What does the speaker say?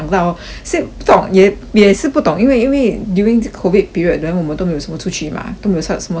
现不懂也也是不懂因为因为 during 这 COVID period then 我们都没有什么出去 mah 都没有晒什么晒太阳